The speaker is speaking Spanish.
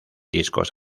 discos